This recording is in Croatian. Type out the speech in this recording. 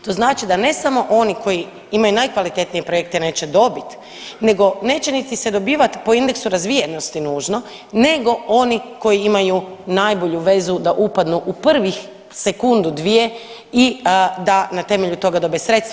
To znači da ne samo oni koji imaju najkvalitetnije projekte neće dobit nego neće niti se dobivat po indeksu razvijenosti nužno nego oni koji imaju najbolju vezu da upadnu u prvih sekundu, dvije i da na temelju toga dobe sredstva.